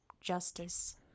justice